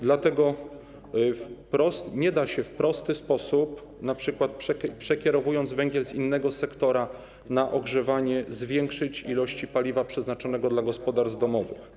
Dlatego nie da się w prosty sposób, np. przekierowując węgiel z innego sektora na ogrzewanie, zwiększyć ilości paliwa przeznaczonego dla gospodarstw domowych.